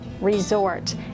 Resort